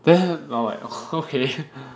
then I'm like okay